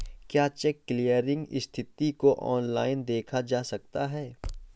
क्या check clearing स्थिति को ऑनलाइन देखा जा सकता है?